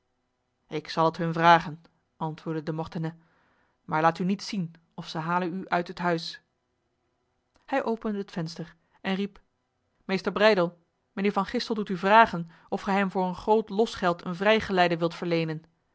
ik zal het hun vragen antwoordde de mortenay maar laat u niet zien of zij halen u uit het huis hij opende het venster en riep meester breydel mijnheer van gistel doet u vragen of gij hem voor een groot losgeld een vrijgeleide wilt verlenen